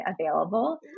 available